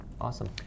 awesome